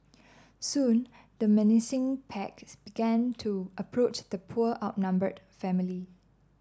soon the menacing packs began to approach the poor outnumbered family